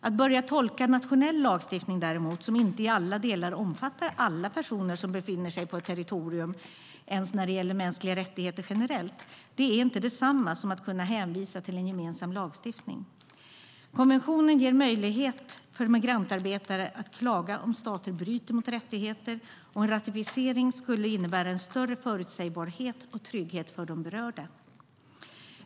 Att börja tolka nationell lagstiftning som inte i alla delar omfattar alla personer som befinner sig på ett territorium, ens när det gäller mänskliga rättigheter generellt, är inte detsamma som att kunna hänvisa till en gemensam lagstiftning. Konventionen ger möjlighet för migrantarbetare att klaga om staten bryter mot rättigheter, och en ratificering skulle innebära en större förutsägbarhet och trygghet för de berörda.